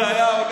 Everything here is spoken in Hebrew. ותמיד הייתי,